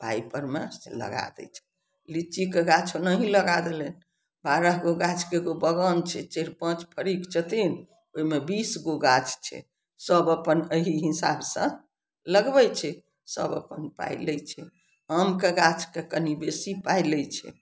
पाइ परमे से लगा दै छै लिच्चीके गाछ ओनाही लगा देलनि बारह गो गाछके एगो बगान छै चारि पॉँच फरिक छथिन ओइमे बीस गो गाछ छै सब अपन अहि हिसाबसँ लगबय छै सब अपन पाइ लै छै आमके गाछके कनि बेसी पाइ लै चाही